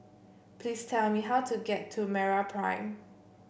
please tell me how to get to MeraPrime